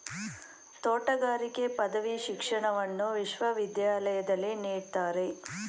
ತೋಟಗಾರಿಕೆ ಪದವಿ ಶಿಕ್ಷಣವನ್ನು ವಿಶ್ವವಿದ್ಯಾಲಯದಲ್ಲಿ ನೀಡ್ತಾರೆ